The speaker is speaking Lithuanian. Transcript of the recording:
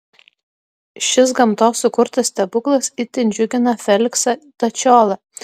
šis gamtos sukurtas stebuklas itin džiugina feliksą dačiolą